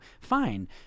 fine